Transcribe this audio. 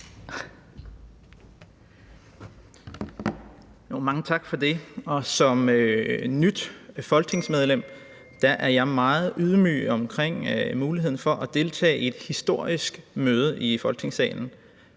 Mange tak for det. Som nyt folketingsmedlem er jeg meget ydmyg over for muligheden for at deltage i et historisk møde i Folketingssalen,